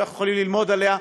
שאנחנו יכולים ללמוד עליה,